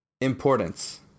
importance